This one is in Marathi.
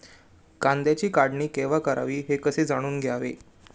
कांद्याची काढणी केव्हा करावी हे कसे जाणून घ्यावे?